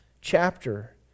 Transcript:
chapter